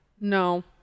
No